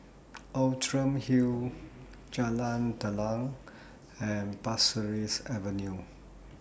Outram Hill Jalan Telang and Pasir Ris Avenue